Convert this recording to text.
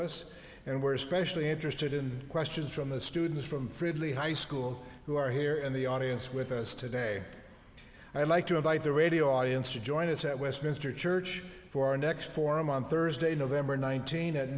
us and we're especially interested in questions from the students from fridley high school who are here in the audience with us today i would like to invite the radio audience to join us at westminster church for our next forum on thursday november nineteenth at